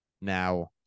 Now